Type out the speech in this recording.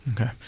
Okay